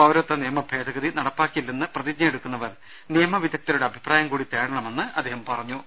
പൌരത്വ നിയമ ഭേദഗതി നടപ്പാക്കില്ലെന്ന് പ്രതിജ്ഞയെടുക്കുന്നവർ നിയമ വിദഗ്ദ്ധ രുടെ അഭിപ്രായം കൂടി തേടണമെന്ന് അദ്ദേഹം പറഞ്ഞു